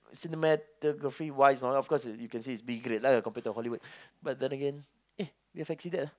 cinematography wise of course you you can see it's be great lah you compare to Hollywood but then again eh you've exceeded ah